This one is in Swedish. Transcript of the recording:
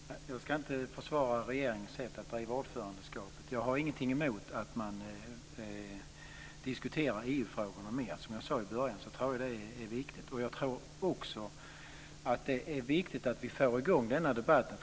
Fru talman! Jag ska inte försvara regeringens sätt att driva ordförandeskapet. Jag har ingenting emot att diskutera EU-frågorna mer. Jag tror att det är viktigt. Jag tror också att det är viktigt att vi får i gång denna debatt.